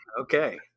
okay